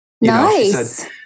Nice